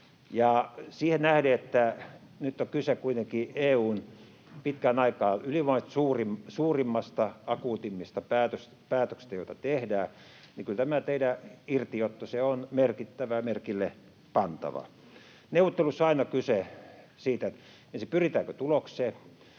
siihen nähden, että nyt on kyse kuitenkin EU:n pitkään aikaan ylivoimaisesti suurimmasta, akuuteimmasta päätöksestä, joka tehdään, niin kyllä tämä teidän irtiottonne on merkittävä, merkillepantava. Neuvotteluissa on aina kyse siitä, pyritäänkö tulokseen.